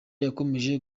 yakomeje